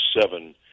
seven